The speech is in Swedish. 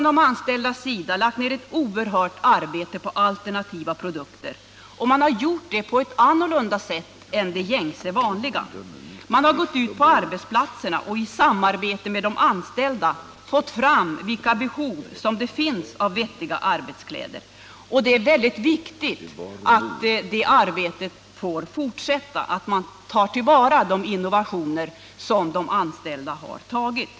De anställda vid Algots har lagt ner ett oerhört arbete på att få fram alternativa produkter, och man har gjort det på ett annorlunda sätt än det gängse. Man har gått ut på arbetsplatserna och i samarbete med de anställda där fått fram vilka behov som finns av vettiga arbetskläder. Det är väldigt viktigt att detta arbete får fortsätta och att man tar till vara de innovationer som de anställda har gjort.